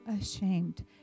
ashamed